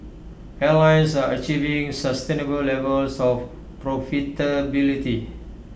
airlines are achieving sustainable levels of profitability